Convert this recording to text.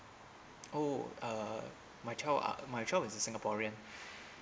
oh uh my child are my child is a singaporean